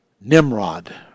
Nimrod